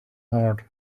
heart